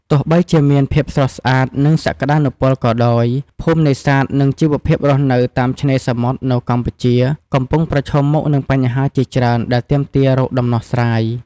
ទោះបីជាមានភាពស្រស់ស្អាត និងសក្តានុពលក៏ដោយ ភូមិនេសាទ និងជីវភាពរស់នៅតាមឆ្នេរសមុទ្រនៅកម្ពុជាកំពុងប្រឈមមុខនឹងបញ្ហាជាច្រើនដែលទាមទាររកដំណោះស្រាយ។